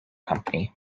company